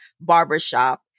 barbershop